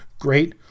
great